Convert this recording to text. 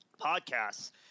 podcasts